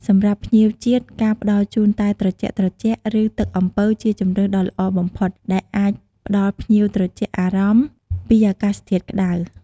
សម្រាប់ភ្ញៀវជាតិ ការផ្តល់ជូនតែត្រជាក់ៗ ឬទឹកអំពៅជាជម្រើសដ៏ល្អបំផុត ដែលអាចផ្តល់ភ្ញៀវត្រជាក់អារម្មណ៍ពីអាកាសធាតុក្ដៅ។